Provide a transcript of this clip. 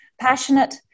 passionate